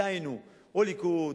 דהיינו או ליכוד,